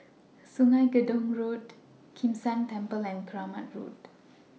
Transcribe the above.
Sungei Gedong Road Kim San Temple and Keramat Road